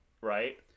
Right